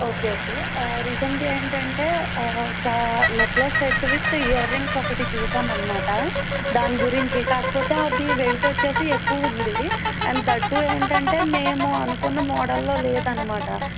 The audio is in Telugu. ఓకే ఓకే రీసెంట్గా ఏంటంటే ఒక necklace set with earrings ఒకటి చూసామనమాట దానిగురించి కాకపోతే అది వెయిటొచ్చేసి ఎక్కువుంది అండ్ దట్ టూ ఏంటంటే మేము అనుకున్న మోడల్లో లేదనమాట